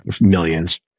millions